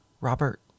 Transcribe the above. Robert